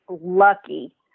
lucky